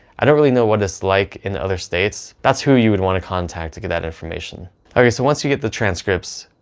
i don't really know what it's like in other states. that's who you would want to contact to get that information okay. so once you get the transcripts,